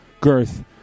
girth